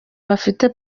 bafite